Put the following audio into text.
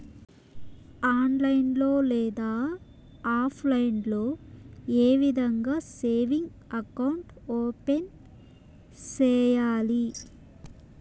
online లో లేదా offline లో ఏ విధంగా సేవింగ్ అకౌంట్ ఓపెన్ సేయాలి